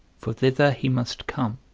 for thither he must come